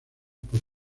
por